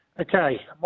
Okay